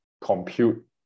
compute